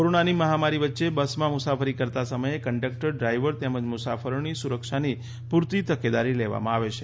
કોરોનાની મહામારી વચ્ચે બસમાં મુસાફરી કરતા સમયે કંડકટર ડ્રાઇવર તેમજ મુસાફરોની સુરક્ષાની પૂરતી તકેદારી લેવામાં આવે છે